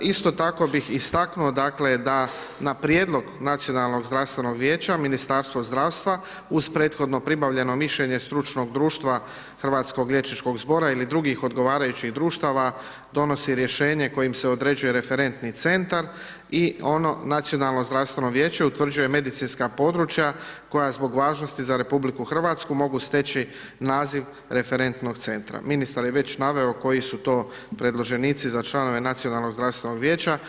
Isto tako bih istaknuo, dakle, da na prijedlog Nacionalnog zdravstvenog vijeća Ministarstvo zdravstva uz prethodno pribavljeno mišljenje stručnog društva Hrvatskog liječničkog zbora ili drugih odgovarajućih društava, donosi rješenje kojim se određuje Referentni centar i ono Nacionalno zdravstveno vijeće utvrđuje medicinska područja koja zbog važnosti za RH mogu steći naziv Referentnog centra, ministar je već naveo koji su to predloženici za članove Nacionalnog zdravstvenog vijeća,